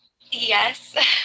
Yes